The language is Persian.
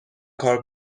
کار